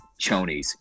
chonies